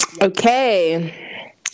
Okay